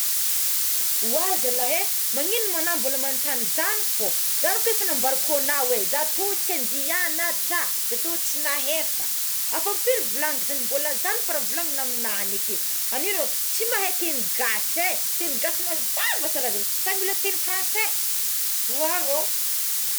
Oa zalahy é magnigno ma anao mbola manotagny zany fogna zagny ke efa nambarako anao é za to tsy andeha hianatrà za to tsy nahefa afa impiry volagniko zany mbola zagny fô raha volanina amigna eké any rô tsy mahay teny gasy e teny gasy mazava tsara be sa mila tegny franse oa rô.